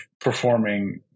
performing